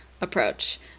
approach